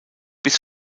bis